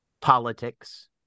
politics